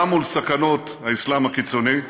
גם מול סכנות האסלאם הקיצוני,